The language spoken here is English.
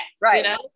Right